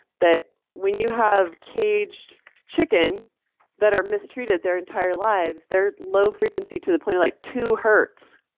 that when you have caged chicken that are mistreated their entire lives, they're low-frequency to the point of like two hertz,